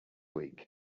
week